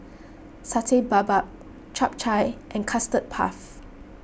Satay Babat Chap Chai and Custard Puff